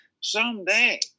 Someday